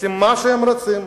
עושים מה שהם רוצים,